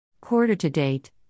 Quarter-to-date